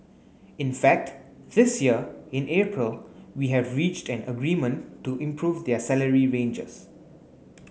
in fact this year in April we have reached an agreement to improve their salary ranges